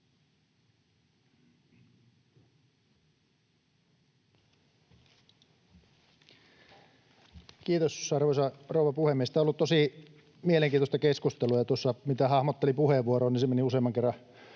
Kiitos, arvoisa rouva puhemies! Tämä ollut tosi mielenkiintoista keskustelua, ja tuossa se, mitä hahmottelin puheenvuoroon, meni useamman kerran